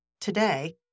today